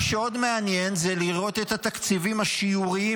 מה שעוד מעניין זה לראות את התקציבים השיוריים,